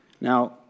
Now